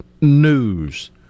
news